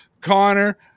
Connor